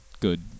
good